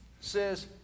says